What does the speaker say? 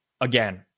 Again